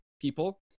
people